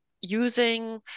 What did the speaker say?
using